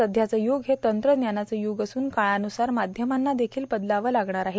सध्याचं य्रग हे तंत्रज्ञानाचं य्रग असून काळानुसार माध्यमांना देखील बदलावे लागणार आहे